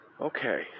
Okay